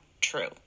true